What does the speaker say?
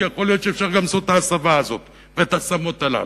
כי יכול להיות שאפשר גם לעשות את ההסבה הזאת ואת ההשמות האלה.